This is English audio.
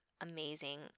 amazing